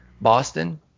Boston